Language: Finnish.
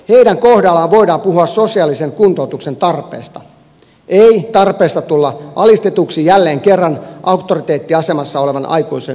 heidän kohdallaan voidaan puhua sosiaalisen kuntoutuksen tarpeesta ei tarpeesta tulla alistetuksi jälleen kerran auktoriteettiasemassa olevan aikuisen taholta